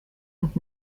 und